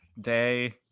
day